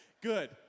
good